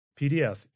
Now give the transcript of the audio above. PDF